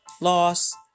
loss